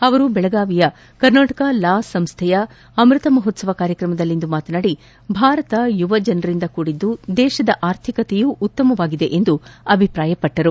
ಅವರು ಬೆಳಗಾವಿಯ ಕರ್ನಾಟ ಲಾ ಸಂಸ್ವೆಯ ಅಮ್ಬತ ಮಹೋಶ್ಲವ ಕಾರ್ಯಕ್ರಮದಲ್ಲಿಂದು ಮಾತನಾಡಿ ಭಾರತ ಯುವಜನರಿಂದ ಕೂಡಿದ್ದು ದೇಶದ ಅರ್ಥಿಕತೆಯೂ ಉತ್ತಮವಾಗಿದೆ ಎಂದು ಅಭಿಪ್ರಾಯಪಟ್ಟರು